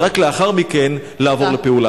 ורק לאחר מכן לעבור לפעולה.